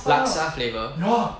laksa flavour